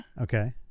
Okay